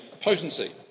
potency